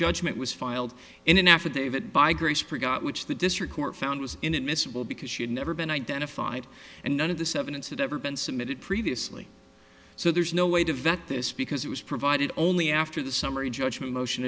judgment was filed in an affidavit by grace previous which the district court found was inadmissible because she had never been identified and none of this evidence that ever been submitted previously so there's no way to vet this because it was provided only after the summary judgment motion